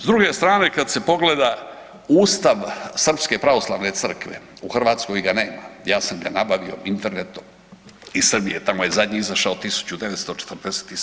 S druge strane kad se pogleda ustav srpske pravoslavne crkve u Hrvatskoj ga nema, ja sam ga nabavio Internetom iz Srbije tamo je zadnji izašao 1947.